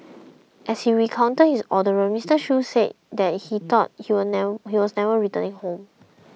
as he recounted his ordeal Mister Shoo said that he thought he was never returning home